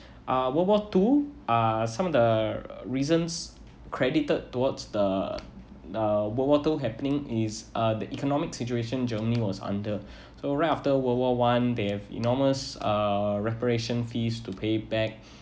uh world war two uh some of the reasons credited towards the uh world war two happening is uh the economic situation germany was under so right after world war one they have enormous uh reparation fees to pay back